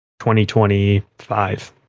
2025